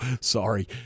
sorry